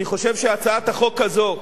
אני חושב שהצעת החוק הזו,